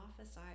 office